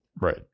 right